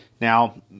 Now